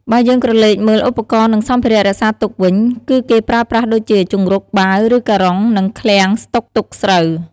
បើយើងក្រឡេកមើលឧបករណ៍និងសម្ភារៈរក្សាទុកវិញ គឺគេប្រើប្រាស់ដូចជា ជង្រុក បាវ ឬការុង និងឃ្លាំងស្តុកទុកស្រូវ ។